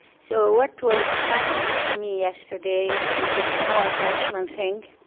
so what was talking to me yesterday is this no attachment thing.